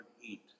eat